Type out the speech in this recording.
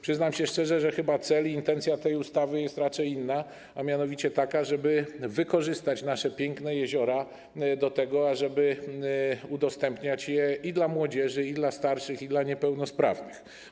Przyznam szczerze, że chyba cel i intencja tej ustawy są raczej inne, a mianowicie takie, żeby wykorzystać nasze piękne jeziora do tego, żeby udostępniać je i młodzieży, i starszym, i niepełnosprawnym.